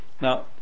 Now